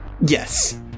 Yes